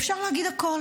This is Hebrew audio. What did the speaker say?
אפשר להגיד הכול,